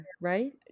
right